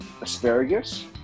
asparagus